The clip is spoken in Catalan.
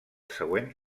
següent